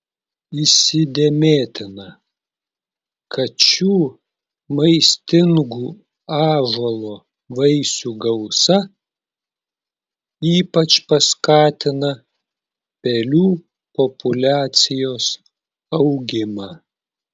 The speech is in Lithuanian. įsidėmėtina kad šių maistingų ąžuolo vaisių gausa ypač paskatina pelių populiacijos augimą